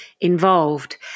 involved